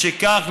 משכך,